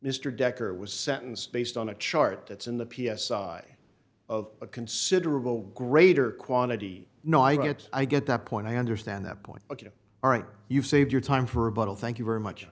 mr decker was sentenced based on a chart that's in the p s i i of a considerable greater quantity no i get i get that point i understand that point but you aren't you've saved your time for a bottle thank you very much